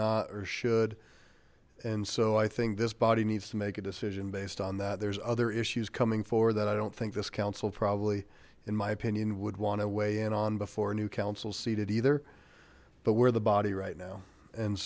or should and so i think this body needs to make a decision based on that there's other issues coming forward that i don't think this council probably in my opinion would want to weigh in on before new council seated either but we're the body right now and